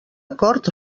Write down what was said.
acord